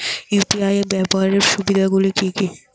UPI ব্যাবহার সুবিধাগুলি কি কি?